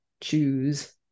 choose